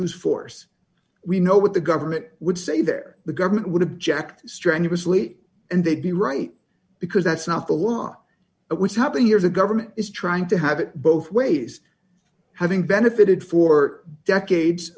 who's force we know what the government would say there the government would object strenuously and they'd be right because that's not the law it was happening here the government is trying to have it both ways having benefited for decades